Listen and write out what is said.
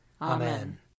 Amen